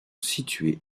situé